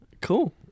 Cool